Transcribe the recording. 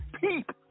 peep